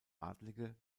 adlige